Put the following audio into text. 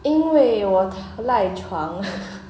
因为我赖床